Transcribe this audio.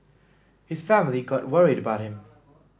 his family got worried about him